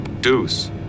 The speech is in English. Deuce